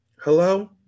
Hello